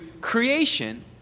creation